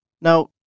Now